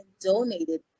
donated